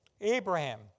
Abraham